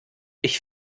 ich